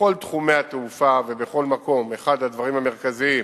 בכל תחומי התעופה ובכל מקום, אחד הדברים המרכזיים